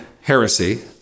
heresy